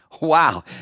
Wow